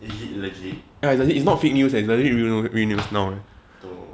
is it largely as I say it's not fake news as the lead